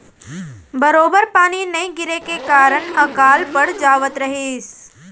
बरोबर पानी नइ गिरे के कारन अकाल पड़ जावत रहिस